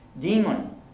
demon